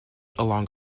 along